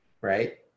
right